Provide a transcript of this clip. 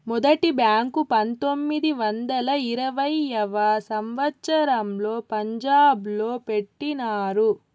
మొదటి బ్యాంకు పంతొమ్మిది వందల ఇరవైయవ సంవచ్చరంలో పంజాబ్ లో పెట్టినారు